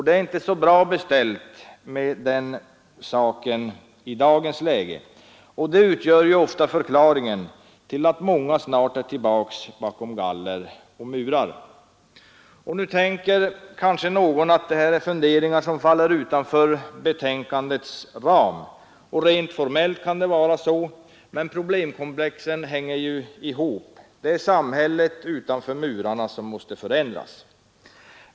Det är inte så bra beställt med den saken nu, och det utgör ofta förklaringen till att många snart är tillbaka bakom galler och murar. Nu tänker kanske någon att detta är funderingar som faller utanför betänkandets ram, och rent formellt kan det vara så, men problemkomplexen hänger ihop. Det är samhället utanför murarna som måste förändras.